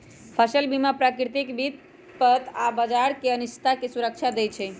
फसल बीमा प्राकृतिक विपत आऽ बाजार के अनिश्चितता से सुरक्षा देँइ छइ